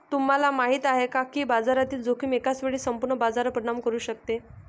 तुम्हाला माहिती आहे का की बाजारातील जोखीम एकाच वेळी संपूर्ण बाजारावर परिणाम करू शकते?